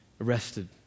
arrested